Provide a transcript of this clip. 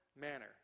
manner